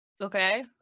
Okay